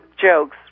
jokes